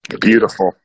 Beautiful